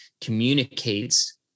communicates